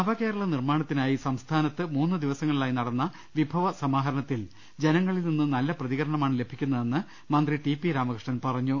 നവകേരള നിർമാണത്തിനായി സംസ്ഥാനത്ത് മൂന്ന് ദിവസ ങ്ങളിലായി നടന്ന വിഭവ സമാഹരണത്തിൽ ജനങ്ങളിൽ നിന്ന് നല്ല പ്രതികരണമാണ് ലഭിക്കുന്നതെന്ന് മന്ത്രി ടി പി രാമകൃഷ്ണൻ പറ ഞ്ഞു